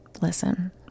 listen